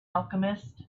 alchemist